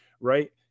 right